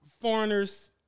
foreigners